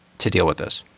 to deal with this?